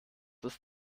ist